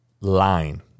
line